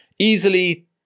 Easily